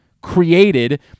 created